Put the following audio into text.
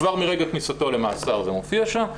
כבר מרגע כניסתו למאסר זה מופיע שם,